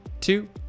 two